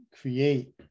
create